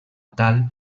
tal